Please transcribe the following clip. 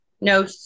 no